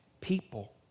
people